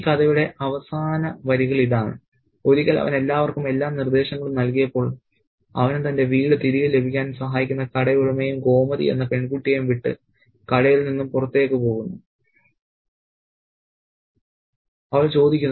ഈ കഥയുടെ അവസാന വരികൾ ഇതാണ് ഒരിക്കൽ അവൻ എല്ലാവർക്കും എല്ലാ നിർദ്ദേശങ്ങളും നൽകിയപ്പോൾ അവന് തന്റെ വീട് തിരികെ ലഭിക്കാൻ സഹായിക്കുന്ന കടയുടമയേയും ഗോമതി എന്ന പെൺകുട്ടിയേയും വിട്ട് കടയിൽ നിന്ന് പുറത്തുപോകുന്നു